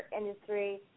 industry